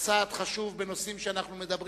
היום צעד חשוב בנושאים שאנחנו מדברים